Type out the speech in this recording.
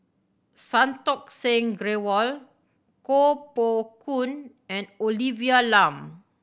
Santokh Singh Grewal Koh Poh Koon and Olivia Lum